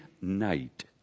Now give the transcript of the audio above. night